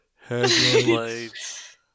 Headlights